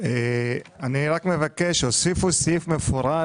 אני רק מבקש, הוסיפו סעיף מפורט